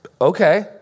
Okay